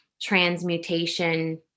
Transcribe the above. transmutation